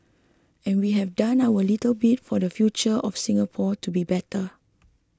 and we have done our little bit for the future of Singapore to be better